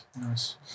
Nice